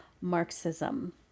Marxism